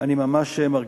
אבל לפני כן אני מבקש,